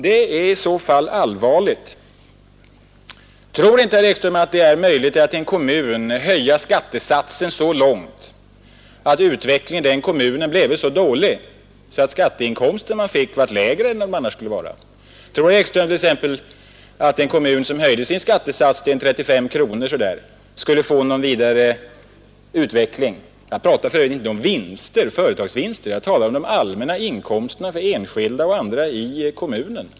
Det är i så fall allvarligt. Tror inte herr Ekström att det är möjligt att i en kommun höja skattesatsen så mycket att utvecklingen i den kommunen blir så dålig att kommunens skatteinkomster blir lägre än de annars skulle ha blivit? Tror herr Ekström att en kommun som höjde sin skattesats till t.ex. 35 kronor skulle få någon vidare utveckling? Jag talar för övrigt inte om företagsvinster utan om de allmänna inkomsterna för enskilda och andra i kommunen.